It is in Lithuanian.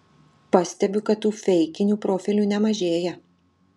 pastebiu kad tų feikinių profilių nemažėja